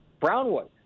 Brownwood